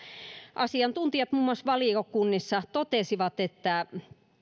muun muassa asiantuntijat valiokunnissa totesivat että